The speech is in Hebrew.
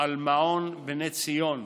על מעון בני ציון,